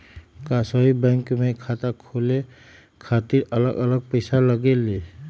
का सभी बैंक में खाता खोले खातीर अलग अलग पैसा लगेलि?